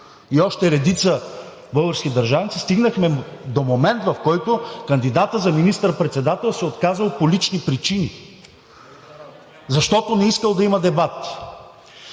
и още редица български държавници, стигнахме до момент, в който кандидатът за министър-председател се е отказал по лични причини, защото не искал да има дебат!